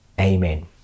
Amen